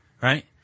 right